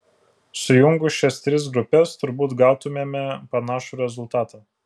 sujungus šias tris grupes turbūt gautumėme panašų rezultatą